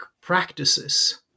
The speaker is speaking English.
practices